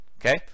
Okay